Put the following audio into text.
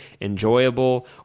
enjoyable